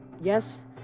Yes